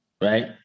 Right